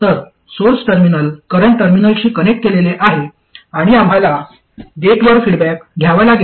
तर source terminal current सोर्सशी connect केलेले आहे आणि आम्हाला गेटवर फीडबॅक द्यावा लागेल